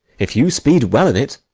if you speed well in it,